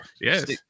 yes